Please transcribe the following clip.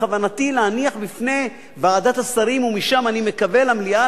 בכוונתי להניח בפני ועדת השרים ומשם אני מקווה למליאה,